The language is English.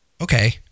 Okay